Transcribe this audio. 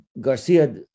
Garcia